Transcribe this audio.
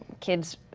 kids